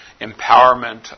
empowerment